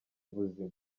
ubuzima